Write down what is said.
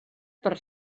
per